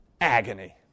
agony